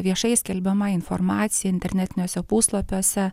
viešai skelbiama informacija internetiniuose puslapiuose